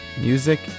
Music